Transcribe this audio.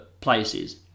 places